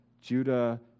Judah